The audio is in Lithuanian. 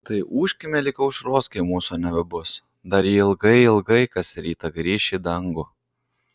tai ūžkime lig aušros kai mūsų nebebus dar ji ilgai ilgai kas rytą grįš į dangų